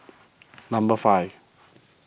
number five